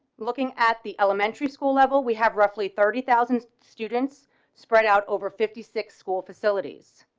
looking at the elementary school level, we have roughly thirty thousand students spread out over fifty six school facilities.